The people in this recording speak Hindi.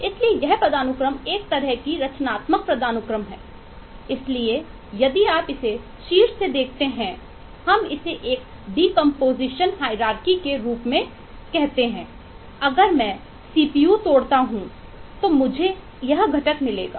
इसलिए यह पदानुक्रम एक तरह की रचनात्मक पदानुक्रम है इसलिए यदि आप इसे शीर्ष से देखते हैं हम इसे एक डीकंपोजिशन हाइरारकी मिलेंगे